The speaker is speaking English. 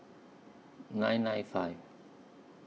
nine nine five